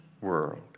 world